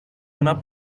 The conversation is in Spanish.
una